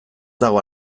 dago